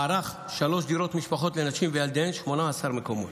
מערך שלוש דירות משפחות לנשים וילדיהן, 18 מקומות.